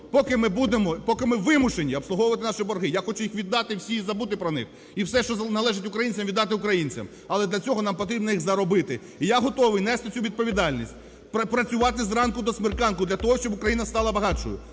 поки ми вимушені обслуговувати наші борги, я хочу їх віддати всі і забути про них, і все, що належить українцям, віддати українцям. Але для цього нам потрібно їх заробити. І я готовий нести цю відповідальність. Працювати зранку до смерканку для того, щоб Україна стала багатшою.